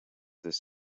this